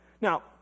Now